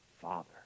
Father